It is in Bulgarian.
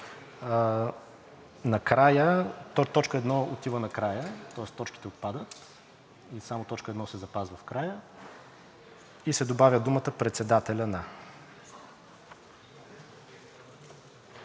Точка 1 отива накрая, тоест точките отпадат. Само т. 1 се запазва в края и се добавят думите „председателя на“.